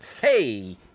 Hey